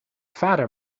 vader